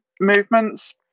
movements